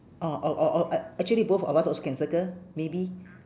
or or or or I actually both of us also can circle maybe